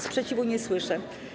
Sprzeciwu nie słyszę.